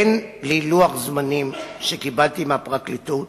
אין לי לוח זמנים שקיבלתי מהפרקליטות